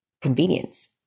convenience